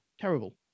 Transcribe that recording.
terrible